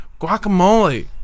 guacamole